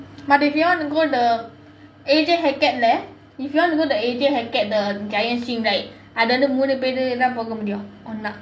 but if you want to go the A_J Hackett leh if you want to go the A_J Hackett the giants swing right அது வந்து மூணு பேரு தான் போக முடியும் ஒண்ணா:athu vanthu moonu peru thaan poga mudiyum onnaa